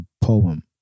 poem